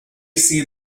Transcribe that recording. see